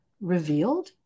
revealed